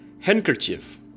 handkerchief